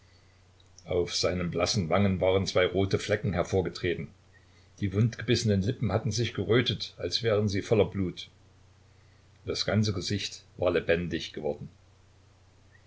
auf seinen blassen wangen waren zwei rote flecke hervorgetreten die wundgebissenen lippen hatten sich gerötet als wären sie voller blut und das ganze gesicht war lebendig geworden